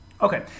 okay